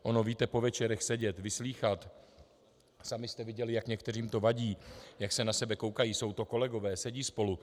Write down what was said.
Ono, víte, po večerech sedět, vyslýchat, sami jste viděli, jak některým to vadí, jak se na sebe koukají, jsou to kolegové, sedí spolu.